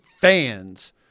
fans